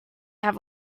have